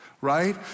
right